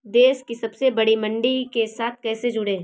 देश की सबसे बड़ी मंडी के साथ कैसे जुड़ें?